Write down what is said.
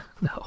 No